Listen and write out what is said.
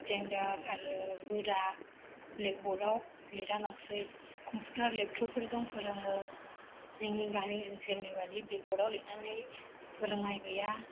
standard आरो गोरा ब्लेकबर्दआव लिरालासै कम्पुटार लेफटफफोरजों फोरोङो जोंनि गामि ओनसोलनि बादि ब्लेकबर्दआव लिरनानै फोरोंनाय गैया